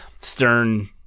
Stern